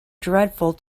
dreadful